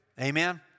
Amen